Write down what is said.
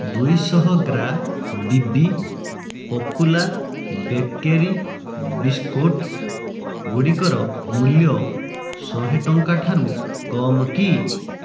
ଦୁଇଶହ ଗ୍ରା ବି ବି ପପୁଲାର୍ ବେକେରୀ ବିସ୍କୁଟ୍ ଗୁଡ଼ିକର ମୂଲ୍ୟ ଶହେ ଟଙ୍କା ଠାରୁ କମ୍ କି